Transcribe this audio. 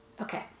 Okay